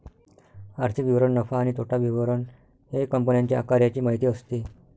आर्थिक विवरण नफा आणि तोटा विवरण हे कंपन्यांच्या कार्याची माहिती असते